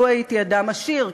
לו הייתי אדם עשיר,